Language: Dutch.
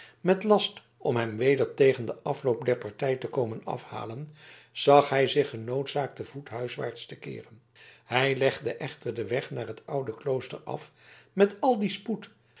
met last om hen weder tegen den afloop der partij te komen afhalen zag hij zich genoodzaakt te voet huiswaarts te keeren hij legde echter den weg naar het oude klooster af met al dien spoed